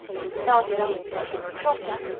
and started on my seckint trotter,